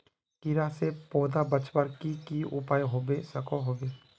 कीड़ा से पौधा बचवार की की उपाय होबे सकोहो होबे?